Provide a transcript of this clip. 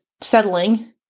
settling